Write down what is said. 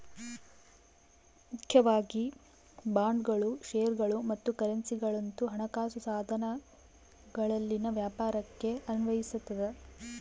ಮುಖ್ಯವಾಗಿ ಬಾಂಡ್ಗಳು ಷೇರುಗಳು ಮತ್ತು ಕರೆನ್ಸಿಗುಳಂತ ಹಣಕಾಸು ಸಾಧನಗಳಲ್ಲಿನ ವ್ಯಾಪಾರಕ್ಕೆ ಅನ್ವಯಿಸತದ